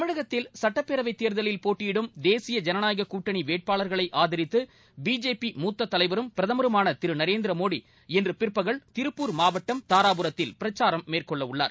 தமிழகத்தில் சுட்டப்பேரவை தேர்தலில் போட்டியிடும் தேசிய ஜனநாயக கூட்டணி வேட்பாளர்களை ஆகரித்து பிஜேபி மூத்த தலைவரும் பிரதமருமான திரு நரேந்திரமோடி இன்று பிற்பகல் திருப்பூர் மாவட்டம் தாராபுரத்தில் பிரச்சாரம் மேற்கொள்ள உள்ளார்